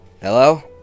Hello